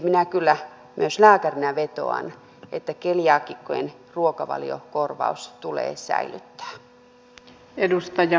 minä kyllä myös lääkärinä vetoan että keliaakikkojen ruokavaliokorvaus tulee säilyttää